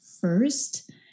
first